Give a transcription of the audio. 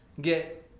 get